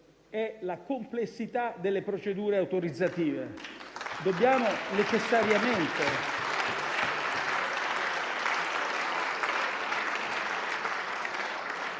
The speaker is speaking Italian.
è la complessità delle procedure autorizzative. Dobbiamo necessariamente